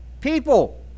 people